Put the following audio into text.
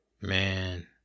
Man